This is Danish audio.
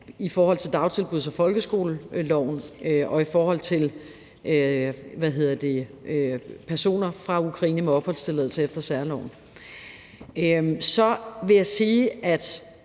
i forhold til dagtilbuds- og folkeskoleloven, hvad angår personer fra Ukraine med opholdstilladelse efter særloven.